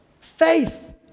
Faith